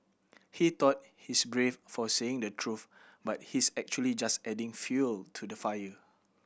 he thought he's brave for saying the truth but he's actually just adding fuel to the fire